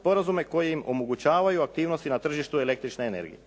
sporazume koji im omogućavaju aktivnosti na tržištu električne energije.